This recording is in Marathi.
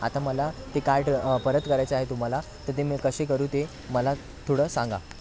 आता मला ते कार्ट परत करायचं आहे तुम्हाला तर ते मी कसे करू ते मला थोडं सांगा